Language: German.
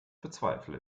bezweifle